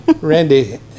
randy